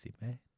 man